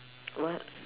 what